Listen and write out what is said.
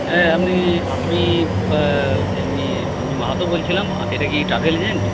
হ্যাঁ আমি আমি এমনি আমি মাহাতো বলছিলাম এটা কি ট্রাভেল এজেন্ট